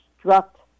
construct